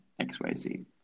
xyz